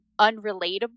unrelatable